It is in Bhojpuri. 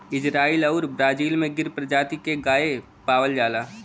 इजराइल आउर ब्राजील में गिर परजाती के गाय पावल जाला